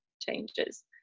changes